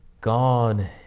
God